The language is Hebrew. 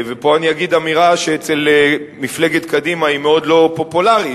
ופה אני אגיד אמירה שאצל מפלגת קדימה היא מאוד לא פופולרית,